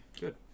Good